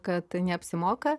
kad neapsimoka